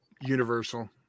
Universal